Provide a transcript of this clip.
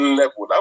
level